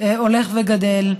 הולך וגדל.